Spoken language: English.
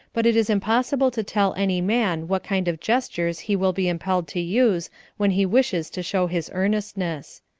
but it is impossible to tell any man what kind of gestures he will be impelled to use when he wishes to show his earnestness.